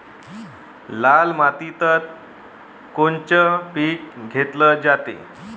लाल मातीत कोनचं पीक घेतलं जाते?